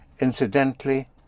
incidentally